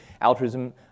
altruism